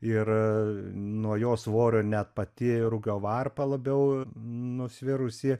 ir nuo jo svorio net pati rugio varpa labiau nusvirusi